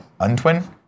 untwin